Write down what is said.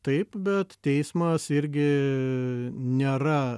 taip bet teismas irgi nėra